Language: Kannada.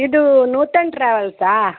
ಇದೂ ನೂತನ್ ಟ್ರಾವಲ್ಸಾ